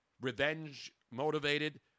revenge-motivated